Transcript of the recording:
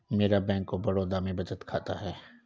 मेरा bank of Baroda में बचत खाता है